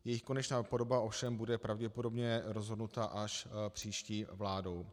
Jejich konečná podoba ovšem bude pravděpodobně rozhodnuta až příští vládou.